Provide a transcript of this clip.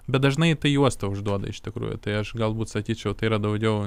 bet dažnai tai juosta užduoda iš tikrųjų tai aš galbūt sakyčiau tai yra daugiau